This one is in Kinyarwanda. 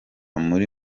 muri